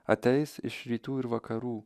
ateis iš rytų ir vakarų